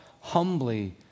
humbly